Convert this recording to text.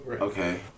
Okay